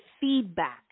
feedback